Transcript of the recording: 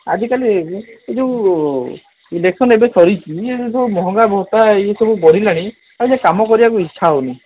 ଆଜି କାଲି ଏ ଯଉ ଇଲେକ୍ସନ୍ ଏବେ ସରିଛି ଏସବୁ ମହଙ୍ଗା ଭତ୍ତା ଏସବୁ ବଢ଼ିଲାଣି ହେଲେ କାମ କରିବାକୁ ଇଚ୍ଛା ହେଉନି